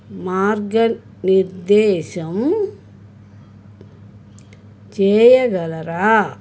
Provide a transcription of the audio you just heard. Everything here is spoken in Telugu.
మార్గనిర్దేశం చేయగలరా